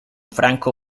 franco